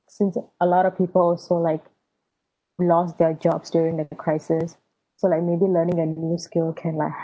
since a lot of people also like lost their jobs during the crisis so like maybe learning a new skill can like